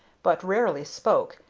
but rarely spoke,